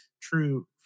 true